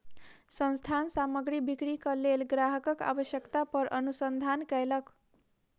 संस्थान सामग्री बिक्रीक लेल ग्राहकक आवश्यकता पर अनुसंधान कयलक